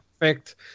perfect